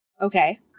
Okay